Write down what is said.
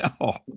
no